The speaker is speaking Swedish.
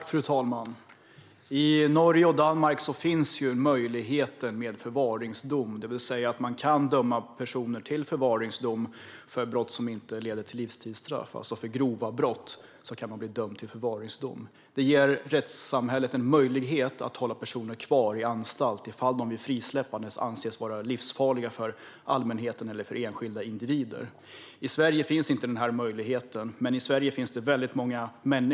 Fru talman! I Norge och Danmark finns möjligheten till förvaringsdom, det vill säga att man kan döma personer till förvaring för brott som inte leder till livstidsstraff. För grova brott kan man alltså bli dömd till förvaring. Det ger rättssamhället en möjlighet att hålla personer kvar i anstalt ifall de vid frisläppande anses vara livsfarliga för allmänheten eller för enskilda individer. I Sverige finns inte den här möjligheten.